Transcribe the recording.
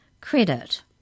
credit